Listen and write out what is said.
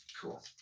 Cool